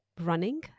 running